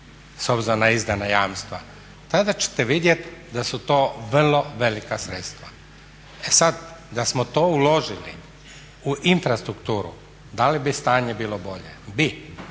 s obzirom na izdana jamstva tada ćete vidjeti da su to vrlo velika sredstva. E sad, da smo to uložili u infrastrukturu da li bi stanje bilo bolje? Bi.